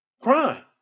crime